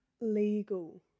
legal